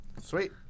Sweet